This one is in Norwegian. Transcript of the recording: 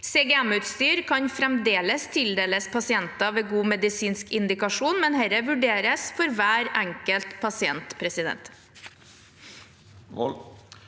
CGM-utstyr kan fremdeles tildeles pasienter ved god medisinsk indikasjon, men dette må vurderes for hver enkelt pasient. Morten